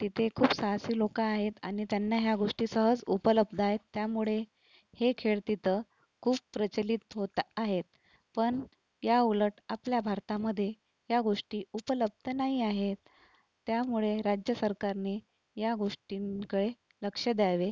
तिथे खूप साहसी लोक आहेत आणि त्यांना ह्या गोष्टी सहज उपलब्ध आहेत त्यामुळे हे खेळ तिथं खूप प्रचलित होत आहेत पण या उलट आपल्या भारतामध्ये या गोष्टी उपलब्ध नाही आहेत त्यामुळे राज्य सरकारने या गोष्टींकडे लक्ष द्यावे